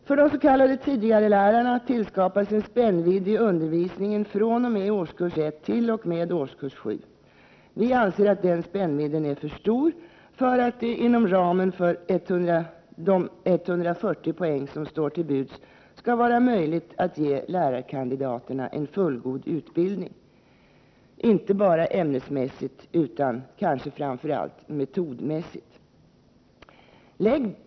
För de s.k. tidigarelärarna tillskapas en spännvidd i undervisningen fr.o.m. årskurs 1 t.o.m. årskurs 7. Vi anser att den spännvidden är för stor för att det inom ramen för de 140 poäng som står till buds skall vara möjligt att ge lärarkandidaterna en fullgod utbildning, inte bara ämnesmässigt utan kanske framför allt metodmässigt.